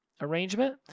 arrangement